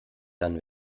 dann